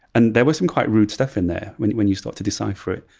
and there was some quite rude stuff in there, when when you start to decipher it.